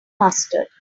mustard